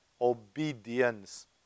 obedience